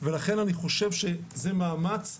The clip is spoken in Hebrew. ולכן אני חושב שזה מאמץ,